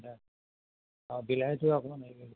অ' বিলাহীটো আপোনাৰ